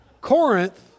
Corinth